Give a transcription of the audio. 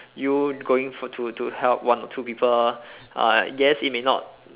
you going for to to help one or two people uh yes it may not